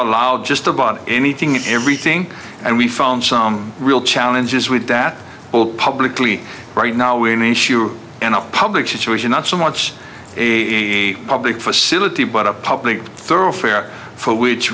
allowed just about anything and everything and we found some real challenges with that all publicly right now in issue and a public situation not so much a public facility but a public thoroughfare for which